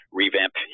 revamp